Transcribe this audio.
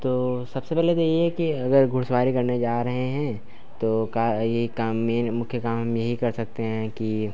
तो सबसे पहले तो यह है कि अगर घुड़सवारी करने जा रहे हैं तो का यही काम मेन मुख्य काम हम यही कर सकते हैं कि